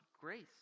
grace